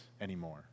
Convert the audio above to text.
anymore